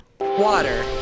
Water